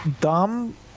dumb